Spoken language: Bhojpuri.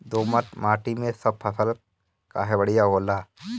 दोमट माटी मै सब फसल काहे बढ़िया होला?